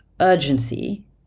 urgency